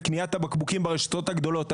את קניית הבקבוקים ברשתות הגדולות,